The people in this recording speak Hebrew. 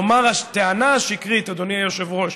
כלומר, הטענה השקרית, אדוני היושב-ראש,